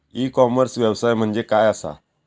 E commerce व्यवसाय म्हणजे काय असा?